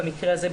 במקרה הזה,